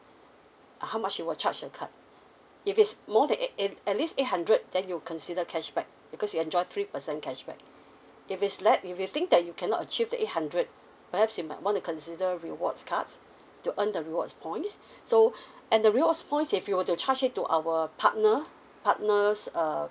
uh how much you will charge the card if it's more than eight it at least eight hundred then you consider cashback because you enjoy three percent cashback if it's let if you think that you cannot achieve the eight hundred perhaps you might want to consider rewards cards to earn the rewards points so and the rewards points if you were to charge it to our partner partners err